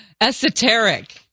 esoteric